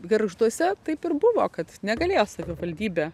gargžduose taip ir buvo kad negalėjo savivaldybė